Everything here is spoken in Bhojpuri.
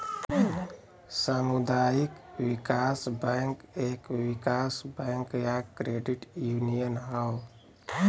सामुदायिक विकास बैंक एक विकास बैंक या क्रेडिट यूनियन हौ